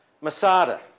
Masada